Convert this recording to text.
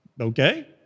Okay